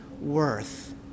worth